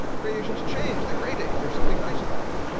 gradations change that graydate, there's something nice about them.